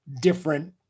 different